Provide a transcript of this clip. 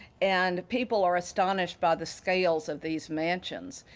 and people are astonished by the scales of these mansions,